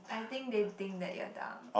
I think they think that you're dumb